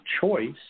choice